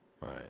Right